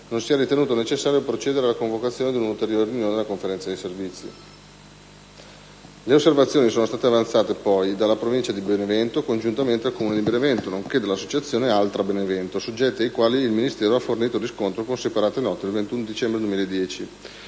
non si è ritenuto necessario procedere alla convocazione di un'ulteriore riunione della Conferenza dei servizi. Tali osservazioni sono state avanzate dalla Provincia di Benevento congiuntamente al Comune di Benevento, nonché dall'associazione "Altrabenevento", soggetti ai quali il Ministero ha fornito riscontro con separate note del 21 dicembre 2010.